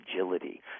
agility